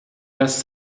ass